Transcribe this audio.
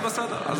אז בסדר,